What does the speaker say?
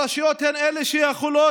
הרשויות הן שיכולות